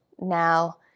now